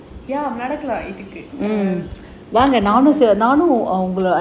நடக்கலாம் வீட்டுக்கு:nadakkalaam veetukku